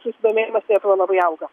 susidomėjimas lietuva labai auga